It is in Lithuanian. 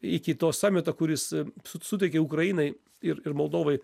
iki to samito kuris suteikė ukrainai ir ir moldovai